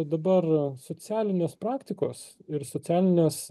dabar socialinės praktikos ir socialinės